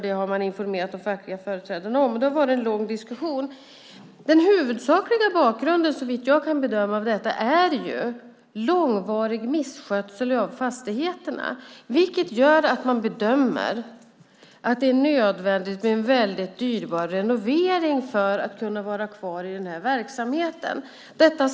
Det har man informerat de fackliga företrädarna om. Det har varit en lång diskussionen. Den huvudsakliga bakgrunden, såvitt jag kan bedöma, är långvarig misskötsel av fastigheterna. Det gör att man bedömer att det är nödvändigt med en väldigt dyrbar renovering för att kunna ha kvar verksamheten där.